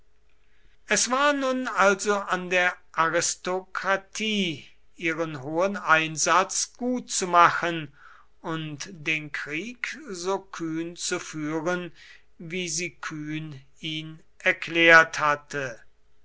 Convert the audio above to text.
es war nun also an der aristokratie ihren hohen einsatz gutzumachen und den krieg so kühn zu führen wie sie kühn ihn erklärt hatte